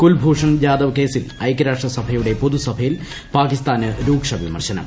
കൂൽഭൂഷൺ ജാദവ് കേസിൽ ഐക്യരാഷ്ട്രസഭയുടെ പൊതുസഭയിൽ പാകിസ്ഥാന് രൂക്ഷ വിമർശനം